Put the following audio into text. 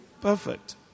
Perfect